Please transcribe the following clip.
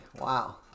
wow